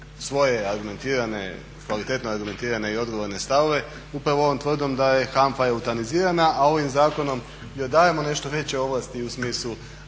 svoje argumentirane, kvalitetno argumentirane i odgovorne stavove upravo ovom tvrdnjom da je HANFA eutanizirana, a ovim zakonom joj dajemo nešto veće ovlasti i u smislu